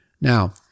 Now